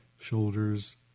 shoulders